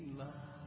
love